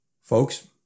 Folks